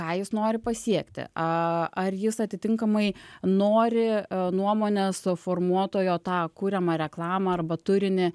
ką jis nori pasiekti a ar jis atitinkamai nori nuomonės formuotojo tą kuriamą reklamą arba turinį